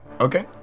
Okay